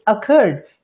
occurred